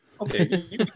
Okay